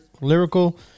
lyrical